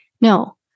no